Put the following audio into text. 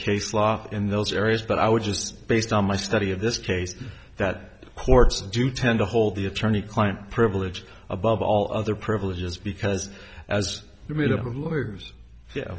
case law in those areas but i would just based on my study of this case that courts do tend to hold the attorney client privilege above all other privileges because as the medium of lawyers